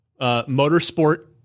Motorsport